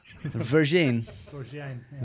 Virgin